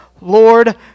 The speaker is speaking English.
Lord